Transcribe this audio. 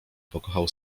pokochał